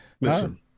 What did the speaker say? Listen